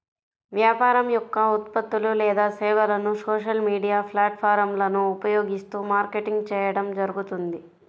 వ్యాపారం యొక్క ఉత్పత్తులు లేదా సేవలను సోషల్ మీడియా ప్లాట్ఫారమ్లను ఉపయోగిస్తూ మార్కెటింగ్ చేయడం జరుగుతుంది